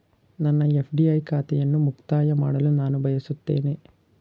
ನನ್ನ ಎಫ್.ಡಿ ಖಾತೆಯನ್ನು ಮುಕ್ತಾಯ ಮಾಡಲು ನಾನು ಬಯಸುತ್ತೇನೆ